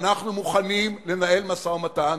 שאנחנו מוכנים לנהל משא-ומתן